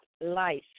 life